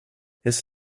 his